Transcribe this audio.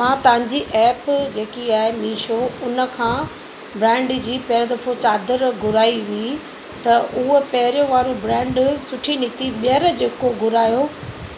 मां तव्हांजी ऐप जेकी आहे मीशो उन खां ब्रांड जी पहिरियों दफ़ो चादर घुराई हुई त उहा पहिरियों वारो ब्रैंड सुठी निकिती ॿीहर जेको घुरायो